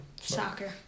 Soccer